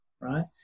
right